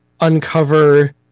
uncover